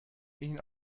این